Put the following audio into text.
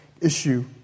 issue